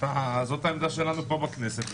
זו העמדה שלנו פה בכנסת.